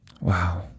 wow